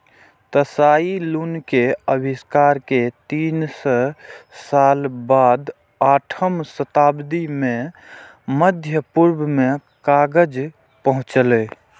Tsai Lun के आविष्कार के तीन सय साल बाद आठम शताब्दी मे मध्य पूर्व मे कागज पहुंचलै